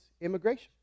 immigration